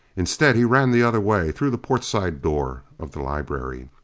instead he ran the other way, through the portside door of the library.